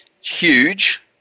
Huge